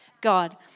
God